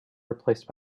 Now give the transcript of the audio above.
replaced